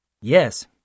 Yes